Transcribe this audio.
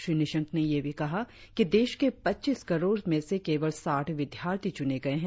श्री निशंक ने यह भी कहा कि देश के पच्चीस करोड़ में से केवल साठ विद्यार्थी चुने गए हैं